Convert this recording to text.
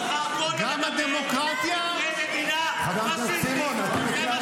גם הדמוקרטיה ----- זה מדינה פשיסטית.